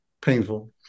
painful